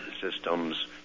systems